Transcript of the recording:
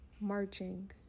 marching